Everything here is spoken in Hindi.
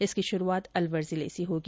इसकी शुरूआत अलवर जिले से होगी